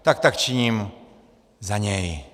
Tak tak činím za něj.